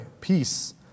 peace